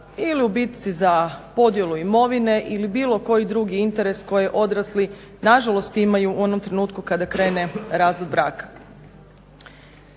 ili u bitci za podjelu imovine ili bilo koji drugi interes koji odrasli nažalost imaju u onom trenutku kada krene razvod braka.